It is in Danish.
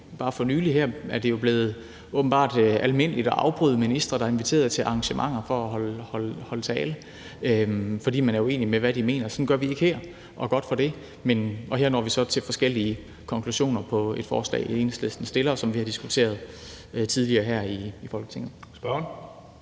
bare for nylig åbenbart er blevet almindeligt at afbryde ministre, der er inviteret til arrangementer for at holde tale, fordi man er uenig i, hvad de mener. Sådan gør vi ikke her, og godt for det, og her når vi så til forskellige konklusioner på et forslag, Enhedslisten har fremsat, og som vi har diskuteret tidligere her i Folketinget. Kl.